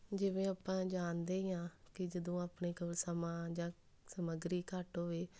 ਜਿਵੇਂ ਆਪਾਂ ਜਾਣਦੇ ਹੀ ਹਾਂ ਕਿ ਜਦੋਂ ਆਪਣੇ ਕੋਲ ਸਮਾਂ ਜਾਂ ਸਮੱਗਰੀ ਘੱਟ ਹੋਵੇ